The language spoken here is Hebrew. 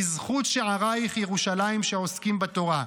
בזכות שעריך ירושלים שעוסקים בתורה.